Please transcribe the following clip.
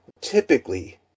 typically